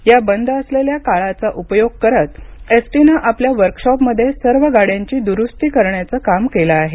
या बंद असलेल्या काळाचा उपयोग करत एसटीनं आपल्या वर्कशॉपमध्ये सर्व गाड्यांची दुरुस्ती करण्याचं काम केलं आहे